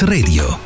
Radio